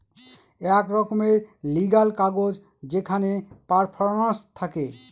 এক রকমের লিগ্যাল কাগজ যেখানে পারফরম্যান্স থাকে